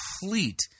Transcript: complete